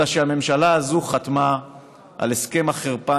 אלא שהממשלה הזאת חתמה על הסכם החרפה,